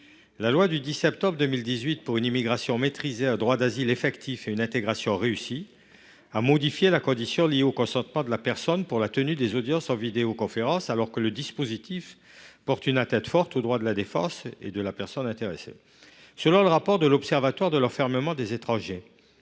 La loi du 10 septembre 2018 pour une immigration maîtrisée, un droit d’asile effectif et une intégration réussie a modifié la condition liée au consentement de la personne pour la tenue des audiences en vidéoconférence, alors que le dispositif porte une atteinte forte au droit à la défense de la personne intéressée. Selon le rapport de l’Observatoire de l’enfermement des étrangers,